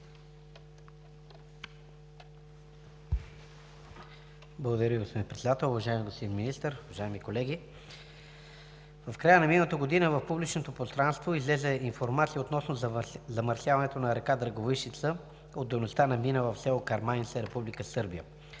Благодаря Ви, господин Председател. Уважаеми господин Министър, уважаеми колеги! В края на миналата година в публичното пространство излезе информация относно замърсяването на река Драговищица от дейността на мина в село Караманица, Република